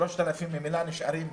3,000 ממילא נשארים.